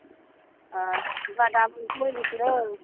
ꯈꯨꯒꯥ ꯗꯥꯝ ꯐꯥꯎ ꯀꯣꯏꯔꯨꯁꯤꯔꯣ